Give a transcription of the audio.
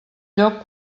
lloc